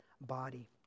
body